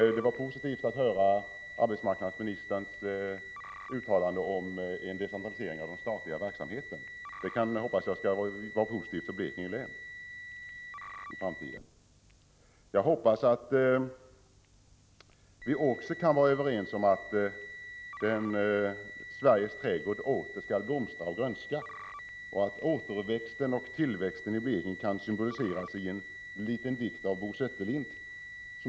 Det var positivt att höra arbetsmarknadsministerns uttalande om en decentralisering av den statliga verksamheten, och jag hoppas att det skall vara bra för Blekinge län i framtiden. Jag hoppas att vi också kan vara överens om att Sveriges trädgård åter skall blomstra och grönska. Återväxten och tillväxten i Blekinge kan symboliseras med en liten dikt av Bo Setterlind.